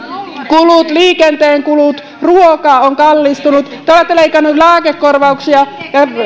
kulut liikenteen kulut ruoka on kallistunut te olette leikanneet lääkekorvauksia